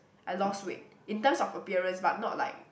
I lost weight in terms of appearance but not like